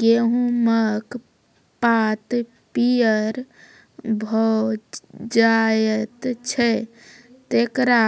गेहूँमक पात पीअर भअ जायत छै, तेकरा